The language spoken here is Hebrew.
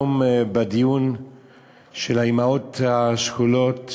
מי שהיה היום בדיון של האימהות השכולות,